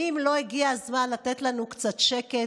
האם לא הגיע הזמן לתת לנו קצת שקט?